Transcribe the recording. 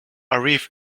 arrive